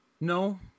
No